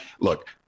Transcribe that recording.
look